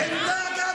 עמדה עקרונית,